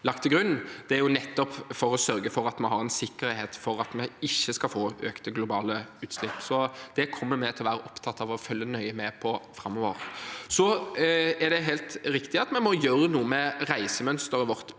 lagt til grunn, er nettopp for å sørge for at vi har en sikkerhet for at vi ikke skal få økte globale utslipp. Det kommer vi til å være opptatt av å følge nøye med på framover. Det er helt riktig at vi må gjøre noe med reisemønsteret vårt